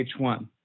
H1